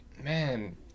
man